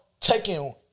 taking